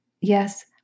Yes